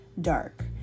dark